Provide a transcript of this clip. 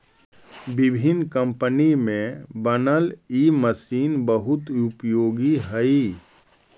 विभिन्न कम्पनी में बनल इ मशीन बहुत उपयोगी हई